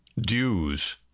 dues